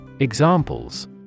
Examples